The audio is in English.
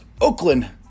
Oakland